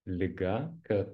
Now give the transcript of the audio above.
liga kad